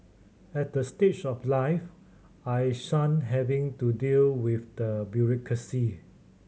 at the stage of life I shun having to deal with the bureaucracy